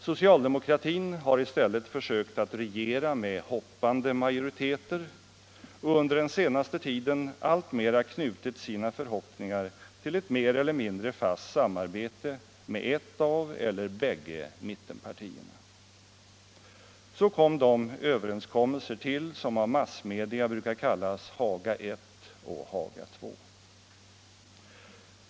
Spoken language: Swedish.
Socialdemokratin har i stället försökt att regera med hoppande majoriteter och under den senaste tiden alltmera knutit sina förhoppningar till ett mer eller mindre fast samarbete med ett av eller bägge mittenpartierna. Så kom de överenskommelser till som av massmedia brukar kallas Haga I och Haga II.